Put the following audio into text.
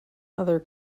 other